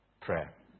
prayer